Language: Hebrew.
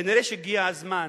כנראה הגיע הזמן